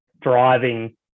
driving